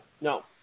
No